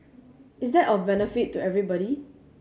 is that of benefit to everybody